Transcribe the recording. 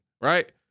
right